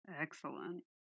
Excellent